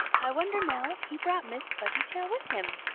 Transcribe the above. i wonder now if he brought miss fuzzytail with him.